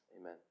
Amen